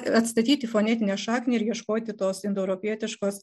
atstatyti fonetinę šaknį ir ieškoti tos indoeuropietiškos